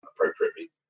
appropriately